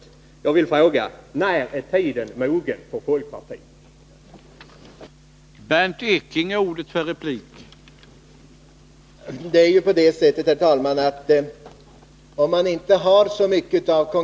Jag vill då fråga: När är tiden mogen enligt folkpartiets mening?